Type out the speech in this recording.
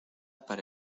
para